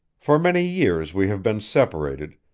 for many years we have been separated,